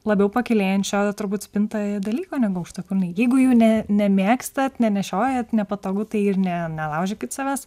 labiau pakylėjančio turbūt spintoje dalyko negu aukštakulniai jeigu jų ne nemėgsta nenešioja nepatogu tai ir ne nelaužykit savęs